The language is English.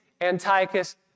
Antiochus